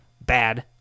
bad